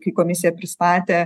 kai komisija pristatė